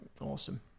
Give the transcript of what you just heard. awesome